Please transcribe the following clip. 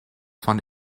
von